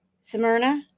Smyrna